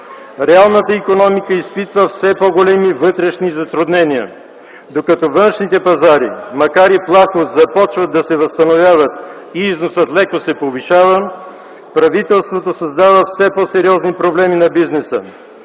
Реалната икономика изпитва все по-големи вътрешни затруднения. Докато външните пазари, макар и плахо, започват да се възстановяват и износът леко се повишава, правителството създава все по-сериозни проблеми на бизнеса.